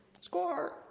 Score